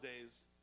days